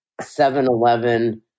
7-Eleven